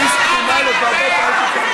אני אגיש תלונה לוועדת האתיקה.